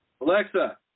Alexa